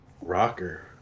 rocker